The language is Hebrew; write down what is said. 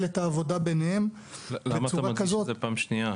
את העבודה ביניהם -- למה אתה מדגיש את זה פעם שנייה?